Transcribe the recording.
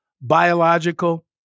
Biological